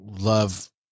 love